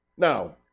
Now